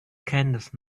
candice